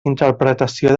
interpretació